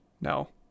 no